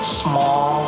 small